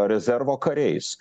rezervo kariais